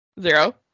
Zero